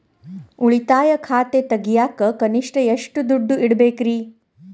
ಉಳಿತಾಯ ಖಾತೆ ತೆಗಿಯಾಕ ಕನಿಷ್ಟ ಎಷ್ಟು ದುಡ್ಡು ಇಡಬೇಕ್ರಿ?